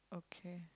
okay